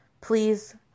please